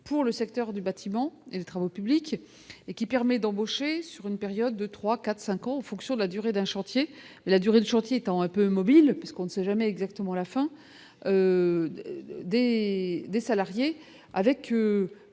pour le secteur du bâtiment et des travaux publics et qui permet d'embaucher sur une période de 3, 4, 5 ans en fonction de la durée d'un chantier, la durée du chantier étant un peu mobile, parce qu'on ne sait jamais exactement la fin. D et des salariés avec